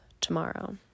tomorrow